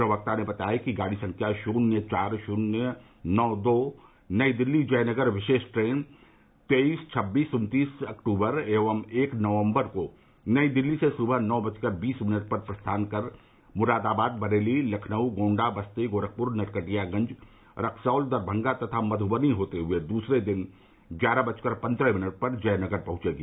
प्रवक्ता ने बताया कि गाड़ी संख्या शून्य चार शून्य नौ दो नई दिल्ली जयनगर विशेष ट्रेन तेईस छब्बीस उन्तीस अक्टूबर एवं एक नवम्बर को नई दिल्ली से सुबह नौ बजकर बीस मिनट पर प्रस्थान कर मुरादाबाद बरेली लखनऊ गोण्डा बस्ती गोरखपुर नरकटियागंज रक्सौल दरमंगा तथा मधुबनी से होते हुए दूसरे दिन ग्यारह बजकर पंद्रह मिनट पर जयनगर पहुंचेगी